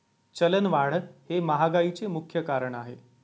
चलनवाढ हे महागाईचे मुख्य कारण आहे